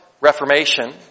Reformation